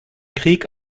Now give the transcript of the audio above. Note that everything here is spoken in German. krieg